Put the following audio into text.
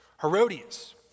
Herodias